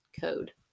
code